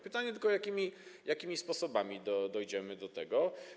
Pytanie tylko, jakimi sposobami dojdziemy do tego.